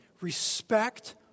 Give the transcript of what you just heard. respect